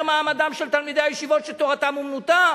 מעמדם של תלמידי הישיבות שתורתם אומנותם.